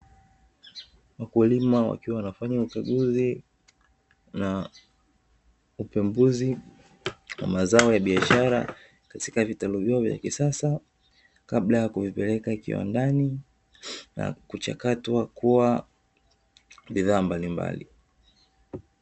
Wakulima wakiwa wanafanya ukaguzi na upembuzi wa mazao ya biashara katika vitalu vyao vya kisasa, kabla ya kuvipeleka viwandani na kuchakatwa kuwa bidhaa mbalimbali.